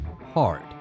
hard